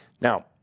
Now